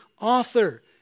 author